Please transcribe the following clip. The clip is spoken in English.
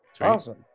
Awesome